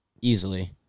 easily